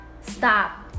stop